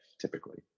typically